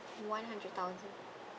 one hundred thousand